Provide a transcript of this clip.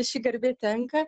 ši garbė tenka